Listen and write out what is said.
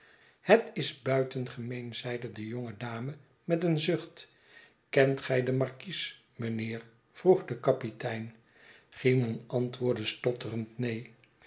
het is buitengemeen zeide de jonge dame met een zucht kent gij den markies mijnheer vroeg de kapitein cymon antwoordde stotterend neen